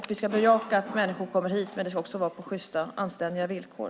Vi ska bejaka att människor kommer hit, men det ska vara på sjysta, anständiga villkor.